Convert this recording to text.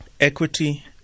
Equity